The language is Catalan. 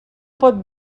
pot